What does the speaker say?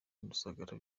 rusagara